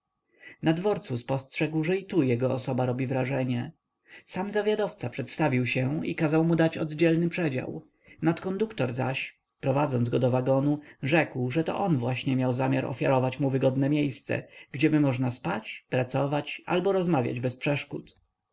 na dworcu spostrzegł że i tu jego osoba robi wrażenie sam zawiadowca przedstawił się i kazał mu dać oddzielny przedział nadkonduktor zaś prowadząc go do wagonu rzekł że to on właśnie miał zamiar ofiarować mu wygodne miejsce gdzieby można spać pracować albo rozmawiać bez przeszkód